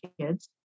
kids